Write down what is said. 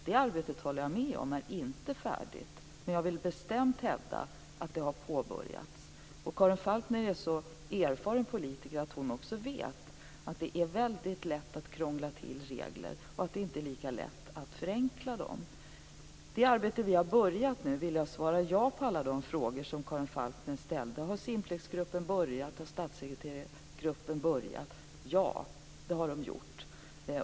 Jag håller med om att det arbetet inte är färdigt, men jag vill bestämt hävda att det har påbörjats. Karin Falkmer är en så erfaren politiker att hon vet att det är väldigt lätt att krångla till regler och att det inte är lika lätt att förenkla dem. När det gäller det arbete som vi har påbörjat vill jag svara ja på alla de frågor som Karin Falkmer ställde, om Simplexgruppen och statssekreterargruppen har börjat arbeta. Ja, det har de gjort.